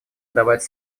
давать